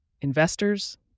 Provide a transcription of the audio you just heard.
Investors